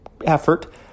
effort